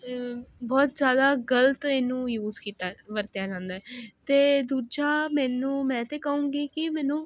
ਬਹੁਤ ਜ਼ਿਆਦਾ ਗਲਤ ਇਹਨੂੰ ਯੂਜ ਕੀਤਾ ਵਰਤਿਆ ਜਾਂਦਾ ਐ ਤੇ ਦੂਜਾ ਮੈਨੂੰ ਮੈਂ ਤੇ ਕਹੂੰਗੀ ਕੀ ਮੈਨੂੰ